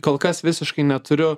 kol kas visiškai neturiu